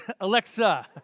Alexa